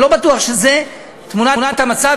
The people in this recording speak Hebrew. אני לא בטוח שזו תמונת המצב,